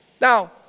Now